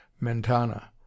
Mentana